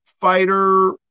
fighter